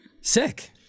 Sick